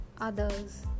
others